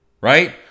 right